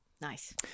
nice